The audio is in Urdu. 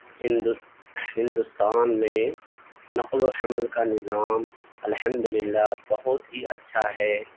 ہندوت ہندوستان میں نقل و حمل کا نظام الحمد للہ بہت ہی اچھا ہے